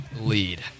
lead